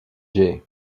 jay